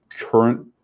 Current